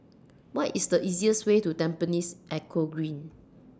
What IS The easiest Way to Tampines Eco Green